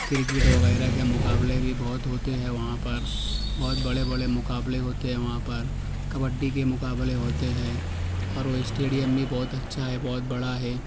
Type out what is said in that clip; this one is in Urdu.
کرکٹ وغیرہ کے مقابلے بھی بہت ہوتے ہیں وہاں پر بہت بڑے بڑے مقابلے ہوتے ہیں وہاں پر کبڈی کے مقابلے ہوتے ہیں اور وہ اسٹیدیم بھی بہت اچھا ہے بہت بڑا ہے